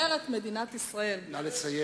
לתפארת מדינת ישראל.